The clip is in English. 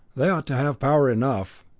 they ought to have power enough.